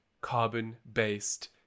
carbon-based